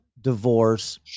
divorce